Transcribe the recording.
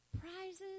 Prizes